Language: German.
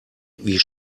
wie